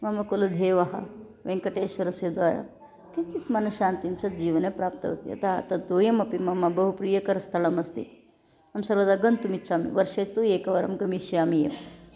मम कुलदेवः वेङ्कटेश्वरस्य द्वारा किञ्चित् मनश्शान्तिं च जीवने प्राप्तवती अतः तद् द्वयमपि मम बहुप्रियकरस्थलम् अस्ति अहं सर्वदा गन्तुम् इच्छामि वर्षे तु एकवारं गमिष्यामि एव